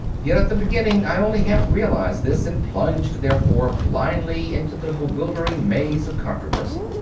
yet at the beginning i only half-realized this and plunged, therefore, blindly into the bewildering maze of controversy.